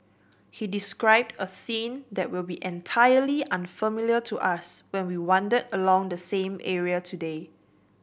he described a scene that will be entirely unfamiliar to us when we wander along the same area today